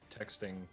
texting